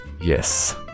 Yes